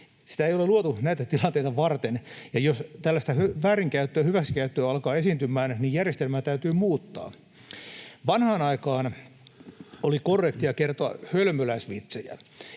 Sitä ei ole luotu näitä tilanteita varten, ja jos tällaista väärinkäyttöä, hyväksikäyttöä, alkaa esiintymään, niin järjestelmää täytyy muuttaa. Vanhaan aikaan oli korrektia kertoa hölmöläisvitsejä.